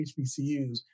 HBCUs